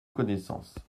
connaissance